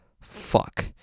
fuck